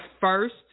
first